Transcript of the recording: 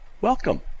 Welcome